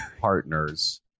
partners